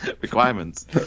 requirements